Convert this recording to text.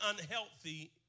unhealthy